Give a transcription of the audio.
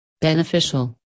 beneficial